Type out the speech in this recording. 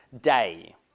day